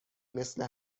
مثل